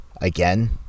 Again